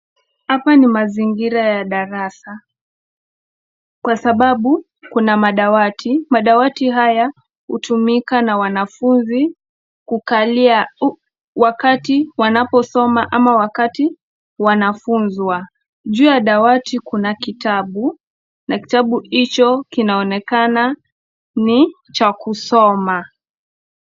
Hapa ni mazingira ya darasa kwa sababu kuna madawati. Madawati haya utumika na wanafunzi kukalia wakati wanaposoma ama wakati wanafunzwa, juu ya dawati kuna kitabu na kitabu hicho inaonekana ni cha kusoma.